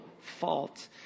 fault